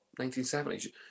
1970s